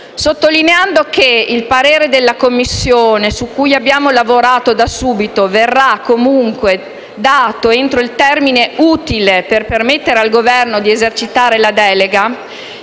Sottolineando che il parere della Commissione, su cui abbiamo lavorato da subito, verrà comunque espresso entro il termine utile per permettere al Governo di esercitare la delega,